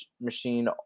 machine